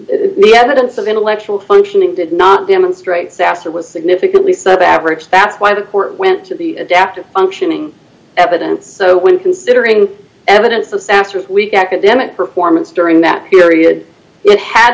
the evidence of intellectual functioning did not demonstrate sasser was significantly sub average that's why the court went to the adaptive functioning evidence so when considering evidence the sas was weak academic performance during that period it had